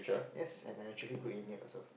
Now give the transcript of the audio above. yes and I actually good in it also